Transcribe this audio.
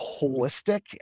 holistic